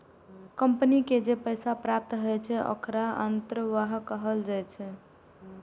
company के जे पैसा प्राप्त होइ छै, ओखरा अंतर्वाह कहल जाइ छै